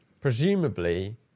Presumably